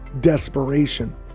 desperation